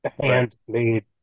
handmade